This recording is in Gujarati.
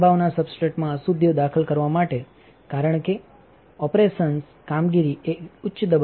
સબસ્ટ્રેટમાં અશુદ્ધિઓ દાખલ કરવા માટે કારણ કે operationsપચારિક કામગીરી એ એક ઉચ્ચ દબાણ છે